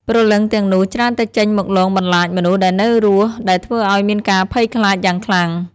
ព្រលឹងទាំងនោះច្រើនតែចេញមកលងបន្លាចមនុស្សដែលនៅរស់ដែលធ្វើឲ្យមានការភ័យខ្លាចយ៉ាងខ្លាំង។